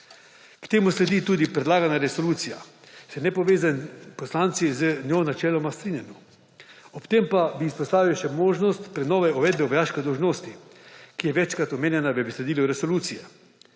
Temu sledi tudi predlagana resolucija in se nepovezani poslanci z njo načeloma strinjamo. Ob tem pa bi izpostavil še možnost prenove uvedbe vojaške dolžnosti, ki je večkrat omenjena v besedilu resolucije.